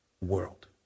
world